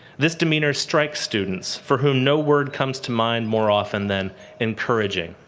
this demeanor strikes students, for whom no word comes to mind more often than encouraging.